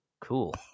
cool